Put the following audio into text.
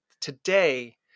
today